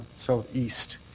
southeast.